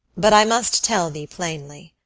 but i must tell thee plainly,